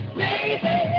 baby